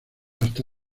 hasta